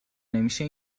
نمیشه